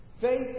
Faith